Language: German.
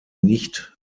nicht